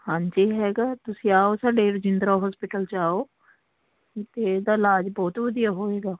ਹਾਂਜੀ ਹੈਗਾ ਤੁਸੀਂ ਆਓ ਸਾਡੇ ਰਜਿੰਦਰਾ ਹੋਸਪੀਟਲ 'ਚ ਆਓ ਅਤੇ ਇਹਦਾ ਇਲਾਜ ਬਹੁਤ ਵਧੀਆ ਹੋਏਗਾ